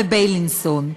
בבילינסון.